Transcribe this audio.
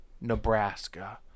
Nebraska